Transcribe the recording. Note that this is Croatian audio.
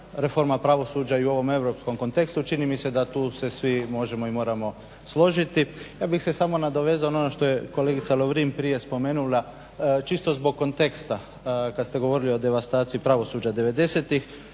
reforma pravosuđa i u ovom europskom kontekstu. Čini mi se da tu se svi možemo i moramo složiti. Ja bih se samo nadovezao na ono što je kolegica Lovrin prije spomenula, čisto zbog konteksta, kad ste govorili o devastaciji pravosuđa